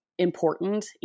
important